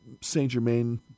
Saint-Germain